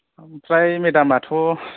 आमफ्राय मेडामाथ'